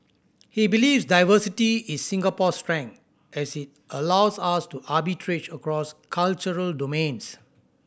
he believes diversity is Singapore's strength as it allows us to arbitrage across cultural domains